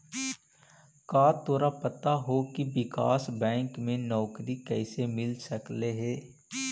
का तोरा पता हो की विकास बैंक में नौकरी कइसे मिल सकलई हे?